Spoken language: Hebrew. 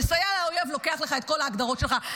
לסייע לאויב לוקח לך את כל ההגדרות שלך.